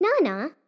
Nana